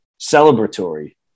celebratory